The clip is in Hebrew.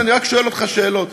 אומר לי: רק שואל אותך שאלות.